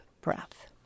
breath